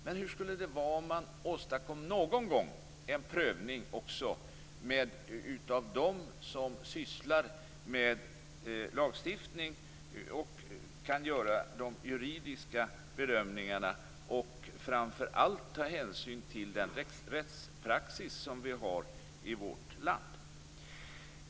Men hur skulle det vara om det någon gång gjordes en prövning av dem som sysslar med lagstiftning, som kan göra de juridiska bedömningarna och som framför allt tar hänsyn till den rättspraxis som vi har i vårt land.